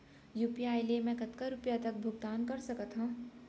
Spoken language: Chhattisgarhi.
यू.पी.आई ले मैं कतका रुपिया तक भुगतान कर सकथों